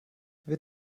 wird